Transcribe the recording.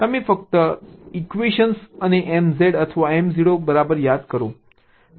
તમે ફક્ત ઈક્વેશન અને MZ અથવા Mo બરાબર યાદ કરો